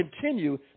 continue